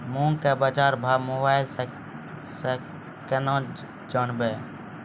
मूंग के बाजार भाव मोबाइल से के ना जान ब?